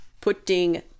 putting